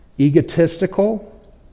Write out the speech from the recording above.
Egotistical